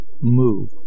move